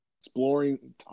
exploring